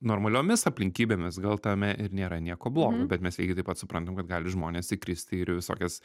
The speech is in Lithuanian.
normaliomis aplinkybėmis gal tame ir nėra nieko blogo bet mes lygiai taip pat suprantam kad gali žmonės įkristi ir į visokias